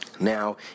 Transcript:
Now